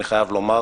אני חייב לומר,